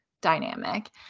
dynamic